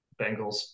Bengals